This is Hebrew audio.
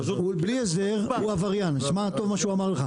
בלי הסדר, הוא עבריין שמע טוב מה שהוא אמר לך.